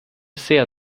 sehr